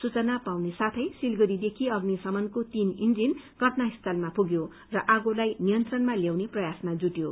सूचना पाउनसाथै सिलगढ़ीदेखि अग्नि विमाको तीन इन्जिन षटनास्थलमा पुग्यो र आगोलाई नियन्त्रणमा ल्याउने प्रवासमा जुटयो